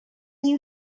you